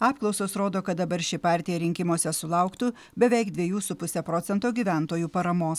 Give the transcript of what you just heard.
apklausos rodo kad dabar ši partija rinkimuose sulauktų beveik dviejų su puse procento gyventojų paramos